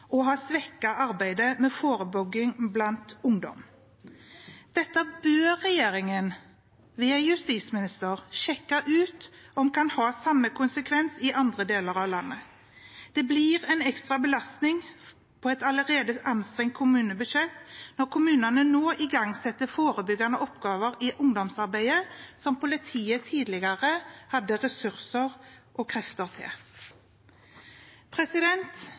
å ha svekket arbeidet med forebygging blant ungdom. Dette bør regjeringen ved justisministeren sjekke ut om kan ha samme konsekvens i andre deler av landet. Det blir en ekstra belastning på et allerede anstrengt kommunebudsjett når kommunene nå igangsetter forebyggende oppgaver i ungdomsarbeidet som politiet tidligere hadde ressurser og krefter